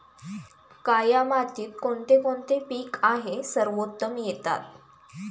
काया मातीत कोणते कोणते पीक आहे सर्वोत्तम येतात?